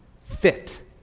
fit